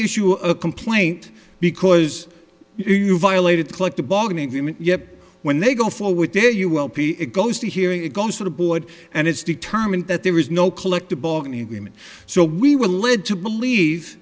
issue a complaint because you violated collective bargaining agreement yet when they go forward there you will be it goes to hearing it goes to the board and it's determined that there is no collective bargaining agreement so we were led to believe